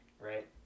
Right